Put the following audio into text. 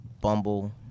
Bumble